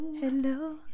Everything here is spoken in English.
Hello